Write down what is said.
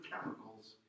chemicals